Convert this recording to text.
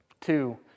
two